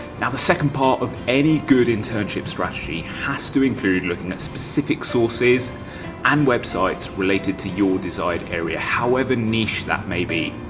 now the second part of any good internship strategy has to include looking at specific sources and um websites related to your desired area, however niche that may be.